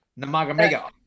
Namagamega